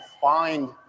find